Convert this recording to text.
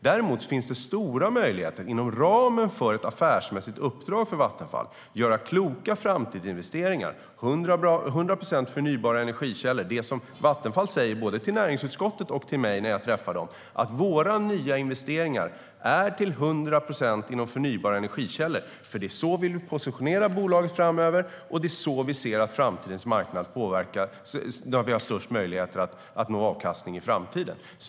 Däremot finns det stora möjligheter inom ramen för ett affärsmässigt uppdrag för Vattenfall att göra kloka framtidsinvesteringar för 100 procent förnybara energikällor. Vattenfall säger både till näringsutskottet och till mig när jag träffar dem: Våra nya investeringar är till 100 procent inom förnybara energikällor. Det är så vi vill positionera bolaget framöver. Det är så vi ser att framtidens marknad påverkar och där vi har störst möjligheter att nå avkastning i framtiden.